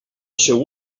seu